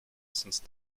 since